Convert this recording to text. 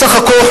בסך הכול,